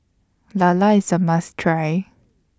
Lala IS A must Try